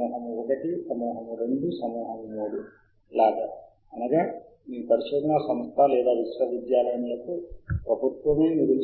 మనము సూచనలు సేకరించాలనుకున్నప్పుడల్లా దీనిని ఖాళీగా ఉంచడం చాలా ముఖ్యం కాబట్టి ఒకేసారి వేర్వేరు అంశాలపై